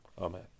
amen